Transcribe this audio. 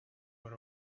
were